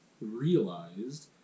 realized